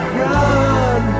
run